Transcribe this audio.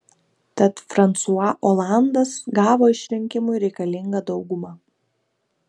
tad fransua olandas gavo išrinkimui reikalingą daugumą